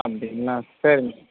அப்படிங்ளா சேரிங்க